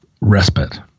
respite